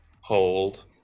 hold